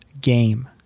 game